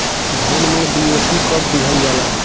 धान में डी.ए.पी कब दिहल जाला?